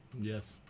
Yes